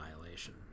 violation